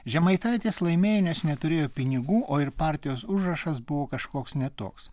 žemaitaitis laimėjo nes neturėjo pinigų o ir partijos užrašas buvo kažkoks ne toks